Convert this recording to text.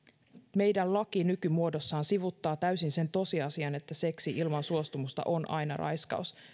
meidän laki nykymuodossaan sivuuttaa täysin sen tosiasian että seksi ilman suostumusta on aina raiskaus